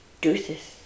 deuces